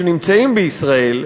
שנמצאים בישראל,